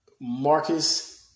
Marcus